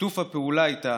ששיתוף הפעולה איתה